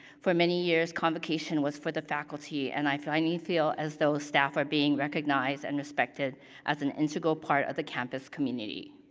for many years, convocation was for the faculty, and i finally feel as though staff are being recognized and respected as an integral part of the campus community.